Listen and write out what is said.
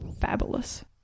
fabulous